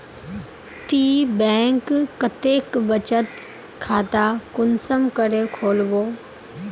ती बैंक कतेक बचत खाता कुंसम करे खोलबो?